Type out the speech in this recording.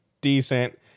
decent